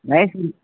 नहीं